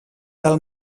del